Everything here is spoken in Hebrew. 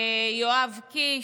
יואב קיש.